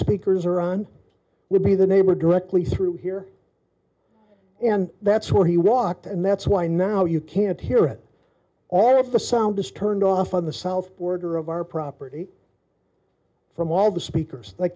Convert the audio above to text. speakers are on would be the neighbor directly through here and that's where he walked and that's why now you can't hear it all of the sound is turned off on the south border of our property from all the speakers